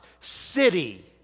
city